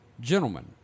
gentlemen